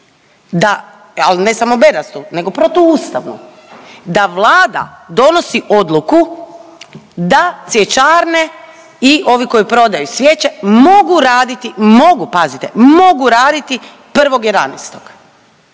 ali ne samo bedastu nego protuustavnu da Vlada donosi odluku da cvjećarne i ovi koji prodaju cvijeće mogu raditi, mogu pazite, mogu raditi 1.11. Vlada